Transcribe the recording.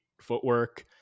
footwork